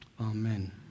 Amen